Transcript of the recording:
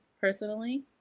personally